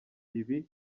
ibi